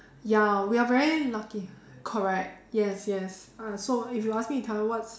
ya we are very lucky correct yes yes uh so if you ask me to tell you what's